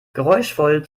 geräuschvoll